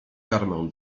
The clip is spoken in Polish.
karmę